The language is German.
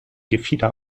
gefieder